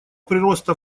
прироста